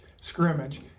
scrimmage